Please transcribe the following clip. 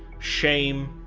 shame,